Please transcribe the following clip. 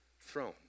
throne